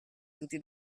tutti